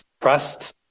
trust